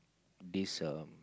this um